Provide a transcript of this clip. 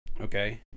okay